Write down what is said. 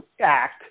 Act